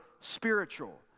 spiritual